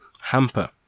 hamper